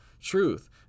truth